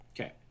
okay